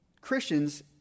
Christians